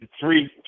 three